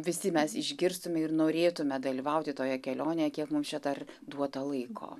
visi mes išgirstume ir norėtume dalyvauti toje kelionėje kiek mums čia dar duota laiko